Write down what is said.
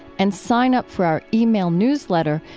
and sign up for our yeah e-mail newsletter,